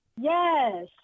Yes